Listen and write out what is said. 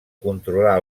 controlar